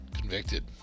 convicted